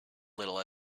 little